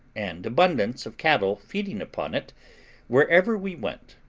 and abundance of cattle feeding upon it wherever we went,